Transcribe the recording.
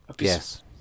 Yes